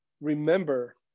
remember